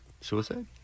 Suicide